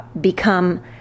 Become